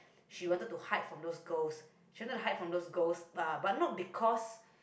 she wanted to hide from those girls she wanted to hide from those girls but not because